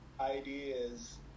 ideas